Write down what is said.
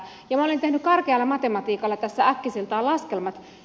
minä olen tehnyt karkealla matematiikalla tässä äkkiseltään laskelmat